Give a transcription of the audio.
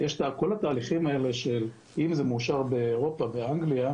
כל התהליכים האלה שאם זה מאושר באירופה ואנגליה,